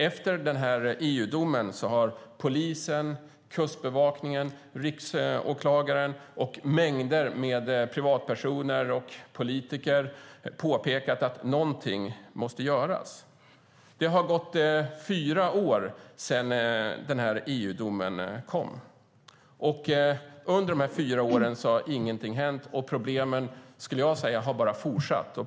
Efter den EU-domen har polisen, Kustbevakningen, riksåklagaren och mängder av privatpersoner och politiker påpekat att någonting måste göras. Det har gått fyra år sedan EU-domen kom. Under dessa fyra år har ingenting hänt, och problemen har, skulle jag säga, fortsatt.